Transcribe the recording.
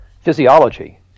physiology